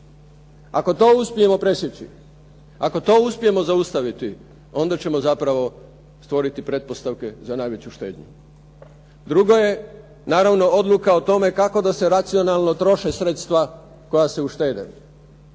Ako to uspijemo presjeći, ako to uspijemo zaustaviti onda ćemo zapravo stvoriti pretpostavke za najveću štednju. Drugo je naravno odluka o tome kako da se racionalno troše sredstva koja se uštede